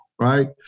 Right